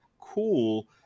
cool